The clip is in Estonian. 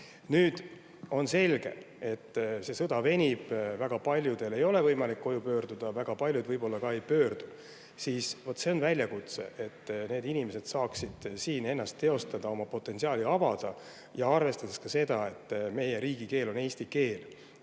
on selge, et see sõda venib. Väga paljudel ei ole võimalik koju tagasi pöörduda ja väga paljud võib-olla ei pöördugi kunagi. Vaat see ongi väljakutse, et need inimesed saaksid siin ennast teostada, oma potentsiaali avada. Arvestades seda, et meie riigikeel on eesti keel